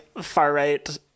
far-right